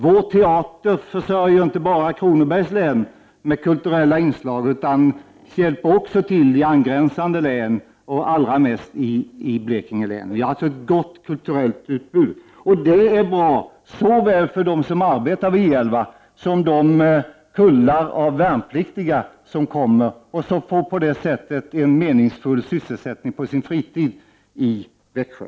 Vår teater försörjer inte bara Kronodbergy6 län med kulturella inslag utan hjälper också till i angränsande län, allra mest i Blekinge län. Ett sådant kulturellt utbud är bra såväl för dem som arbetar vid I 11 som för de kullar av värnpliktiga som på det sättet får en meningsfull sysselsättning på sin fritid i Växjö.